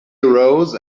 arose